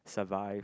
survive